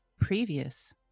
previous